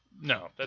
No